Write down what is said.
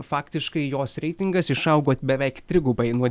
faktiškai jos reitingas išaugo beveik trigubai nuo